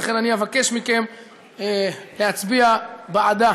ולכן אבקש מכם להצביע בעדה